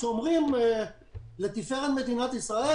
כשאומרים "לתפארת מדינת ישראל",